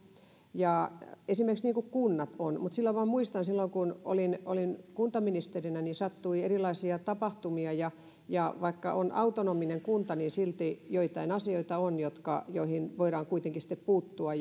ja esimerkiksi kunnat ovat autonomisia mutta muistan että silloin kun olin olin kuntaministerinä niin sattui erilaisia tapahtumia ja ja vaikka on autonominen kunta niin silti on joitain asioita joihin voidaan kuitenkin puuttua